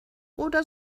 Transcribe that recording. oder